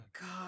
God